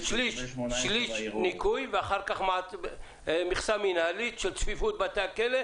ושלישי ניכוי ואחר כך מכסה מנהלית של צפיפות בתי הכלא,